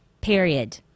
period